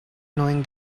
knowing